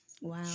Wow